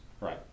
Right